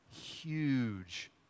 Huge